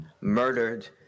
murdered